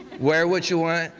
wear what you want.